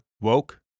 Woke